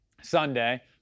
Sunday